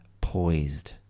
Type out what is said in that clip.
poised